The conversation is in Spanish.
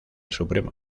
supremo